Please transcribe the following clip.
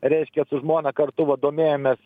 reiškia su žmona kartu va domėjomės